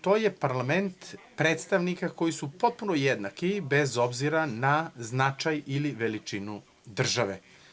To je parlament predstavnika koji su potpuno jednaki, bez obzira na značaj ili veličinu države.